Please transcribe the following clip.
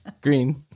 Green